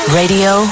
radio